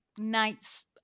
Nights